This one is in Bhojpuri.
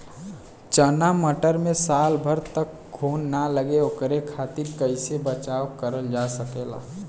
चना मटर मे साल भर तक घून ना लगे ओकरे खातीर कइसे बचाव करल जा सकेला?